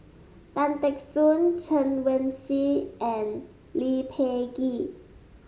Tan Teck Soon Chen Wen Hsi and Lee Peh Gee